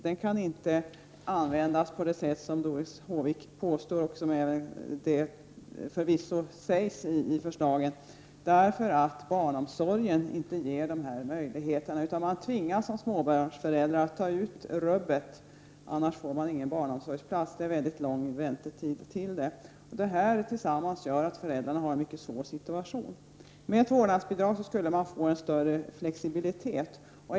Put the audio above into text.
Den kan inte användas på det sätt som Doris Håvik påstår och som förvisso också hävdas i förslaget — barnomsorgen ger inte de möjligheterna. Som småbarnsförälder tvingas man ta ut rubbet; annars får man inte barnomsorgsplats. Det är väldigt lång väntetid till det. Det gör att föräldrarna har en mycket svår situation. Med ett vårdnadsbidrag skulle man få en större flexibilitet.